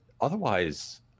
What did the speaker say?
otherwise